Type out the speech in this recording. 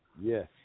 Yes